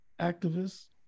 activists